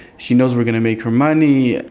she knows we're going to make her money,